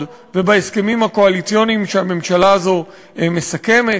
ובהסכמים הקואליציוניים שהממשלה הזו מסכמת.